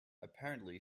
apparently